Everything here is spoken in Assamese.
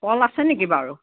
কল আছে নেকি বাৰু